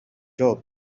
job